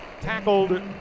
tackled